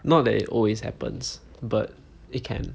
not that it always happens but it can